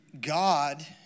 God